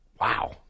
Wow